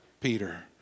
Peter